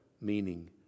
meaning